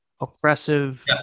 oppressive